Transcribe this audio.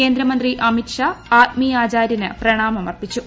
കേന്ദ്രമന്ത്രി അമിത് ഷാ ആത്മീയാചാര്യന് പ്രണാമമർപ്പിച്ചു